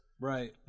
right